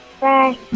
Bye